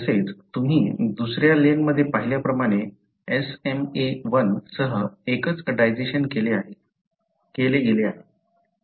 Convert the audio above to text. तसेच तुम्ही दुसऱ्या लेनमध्ये पाहिल्याप्रमाणे SmaI सह एकच डायजेशन केले गेले आहे